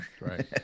Right